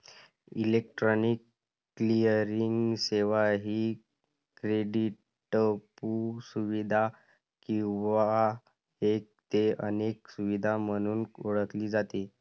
electronic clearing सेवा ही क्रेडिटपू सुविधा किंवा एक ते अनेक सुविधा म्हणून ओळखली जाते